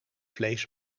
vlees